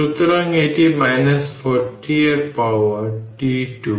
সুতরাং এটি 40 এর পাওয়ার t 2